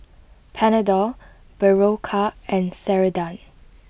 Panadol Berocca and Ceradan